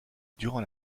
durant